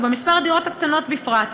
ובמספר הדירות הקטנות בפרט,